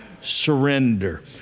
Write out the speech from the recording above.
surrender